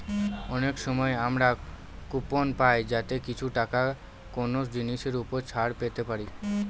অনেক সময় আমরা কুপন পাই যাতে কিছু টাকা কোনো জিনিসের ওপর ছাড় পেতে পারি